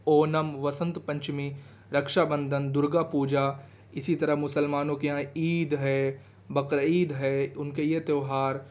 اونم وسنت پنچمی رکھشا بندھن درگا پوجا اسی طرح مسلمانوں کے یہاں عید ہے بقر عید ہے ان کے یہ تیوہار